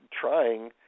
trying